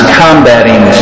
combating